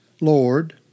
lord